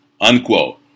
Unquote